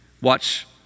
Watch